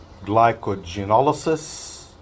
glycogenolysis